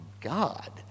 God